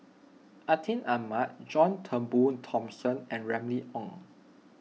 Atin Amat John Turnbull Thomson and Remy Ong